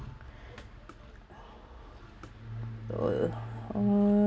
uh